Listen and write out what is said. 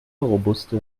robuste